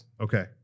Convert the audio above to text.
Okay